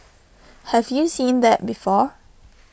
have you seeing that before